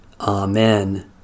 Amen